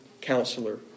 Counselor